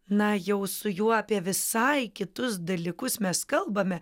na jau su juo apie visai kitus dalykus mes kalbame